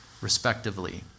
respectively